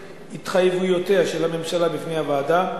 התחייבויותיה של הממשלה בפני הוועדה,